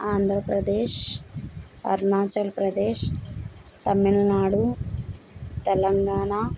Andhra Pradesh Arunachal Pradesh Tamil Nadu Telangana